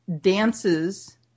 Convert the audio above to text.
dances